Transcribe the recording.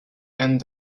and